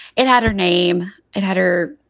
it had her name. it had her.